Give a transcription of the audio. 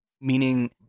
meaning